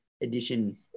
edition